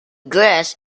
grass